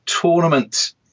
tournament